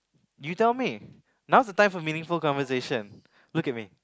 you tell me now's the time for meaningful conversation look at me